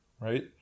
right